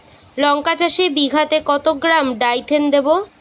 লঙ্কা চাষে বিঘাতে কত গ্রাম ডাইথেন দেবো?